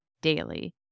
daily